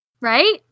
Right